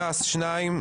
ש"ס שניים,